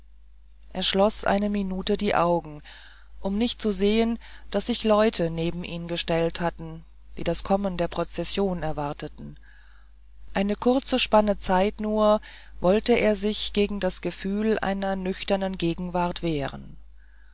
er schloß keine minute die augen um nicht zu sehen daß sich leute neben ihn gestellt hatten die das kommen der prozession erwarteten eine kurze spanne zeit nur noch wollte er sich gegen das gefühl einer nüchternen gegenwart wehren